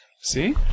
See